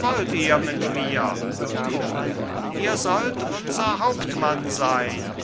wollt ihr mit mir kohl ihr sollt unser hauptmann sein